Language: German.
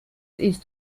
ist